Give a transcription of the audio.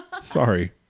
Sorry